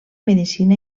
medicina